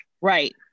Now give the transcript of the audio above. Right